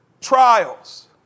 trials